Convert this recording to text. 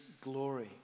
glory